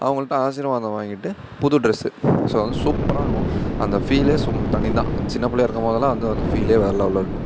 அவங்கள்ட்ட ஆசீர்வாதம் வாங்கிட்டு புது ட்ரெஸ்ஸு ஸோ வந்து சூப்பராக இருக்கும் அந்த ஃபீலே சூம் தனிதான் சின்னப் பிள்ளையா இருக்கும் போதெல்லாம் வந்து அந்த ஃபீலே வேறு லெவலில் இருக்கும்